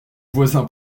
voisins